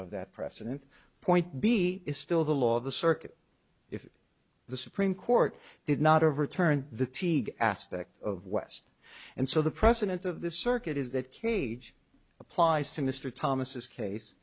of that precedent point b is still the law of the circuit if the supreme court did not overturn the teague aspect of west and so the president of the circuit is that cage applies to mr thomas's case